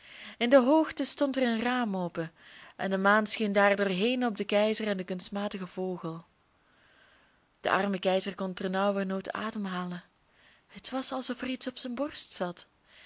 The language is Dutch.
in de hoogte stond er een raam open en de maan scheen daardoor heen op den keizer en den kunstmatigen vogel de arme keizer kon tenauwernood ademhalen het was alsof er iets op zijn borst zat